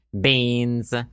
beans